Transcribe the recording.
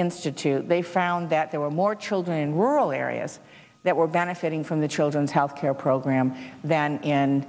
institute they found that there were more children rural areas that were benefiting from the children's healthcare program than in